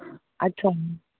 अच्छा